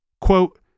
Quote